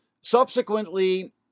subsequently